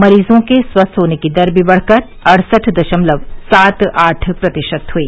मरीजों के स्वस्थ होने की दर भी बढकर अड़सठ दश्मलव सात आठ प्रतिशत हुई